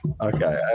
okay